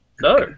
No